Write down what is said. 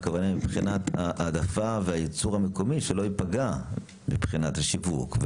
הכוונה מבחינת העדפה והייצור המקומי שלא יפגע מבחינת השיווק,